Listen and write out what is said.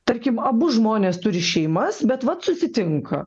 tarkim abu žmonės turi šeimas bet vat susitinka